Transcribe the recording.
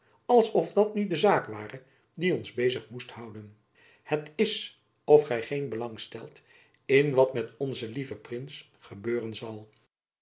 musch dat nu de zaak ware die ons bezig moest houden het is of gy geen belang stelt in wat er met onzen lieven prins gebeuren zal